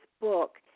book